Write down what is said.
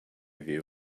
view